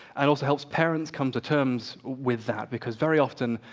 and also helps parents come to terms with that, because very often,